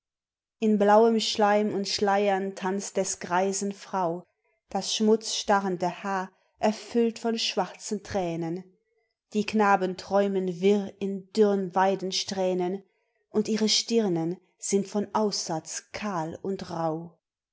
in blauem schleim und schleiern tanzt des greisen frau das schmutzstarrende haar erfüllt von schwarzen tränen die knaben träumen wirr in dürren weidensträhnen und ihre stirnen sind von aussatz kahl und rauh